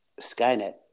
Skynet